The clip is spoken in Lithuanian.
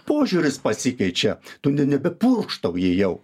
požiūris pasikeičia tu ne nebepurkštauji jau